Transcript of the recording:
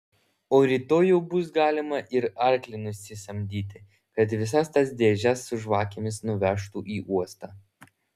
o rytoj jau bus galima ir arklį nusisamdyti kad visas tas dėžes su žvakėmis nuvežtų į uostą